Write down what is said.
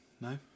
No